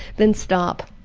then stop.